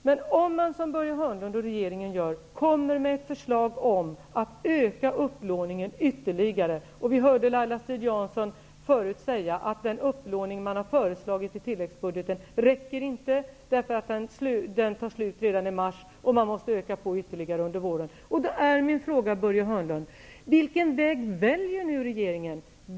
Men om man, som Börje Hörnlund och regeringen gör, kommer med ett förslag om en ytterligare ökad upplåning -- Laila Strid-Jansson sade tidigare här att den upplåning som föreslås i tilläggsbudgeten inte räcker till, därför att pengarna tar slut redan i mars, och att man måste öka på ytterligare under våren -- måste jag fråga: Vilken väg väljer regeringen?